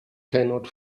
cannot